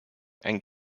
and